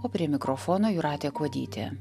o prie mikrofono jūratė kuodytė